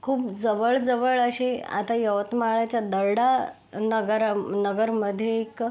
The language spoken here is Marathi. खूप जवळजवळ असे आता यवतमाळच्या दर्डा नगरा नगरमध्ये एक